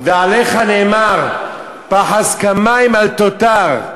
ועליך נאמר: "פחז כמים אל תותר",